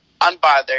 unbothered